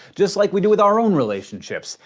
just like we do with our own relationships.